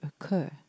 occur